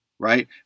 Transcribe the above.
Right